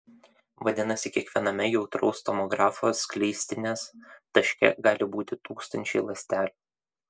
vadinasi kiekviename jautraus tomografo skleistinės taške gali būti tūkstančiai ląstelių